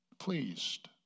pleased